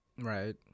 Right